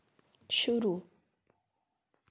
शुरू